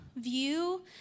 view